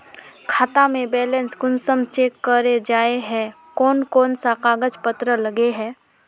खाता में बैलेंस कुंसम चेक करे जाय है कोन कोन सा कागज पत्र लगे है?